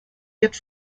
wird